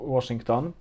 Washington